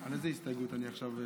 על איזו הסתייגות אני עכשיו,